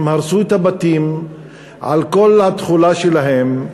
הם הרסו את הבתים על כל התכולה שלהם,